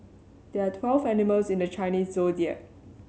there are twelve animals in the Chinese Zodiac